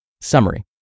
Summary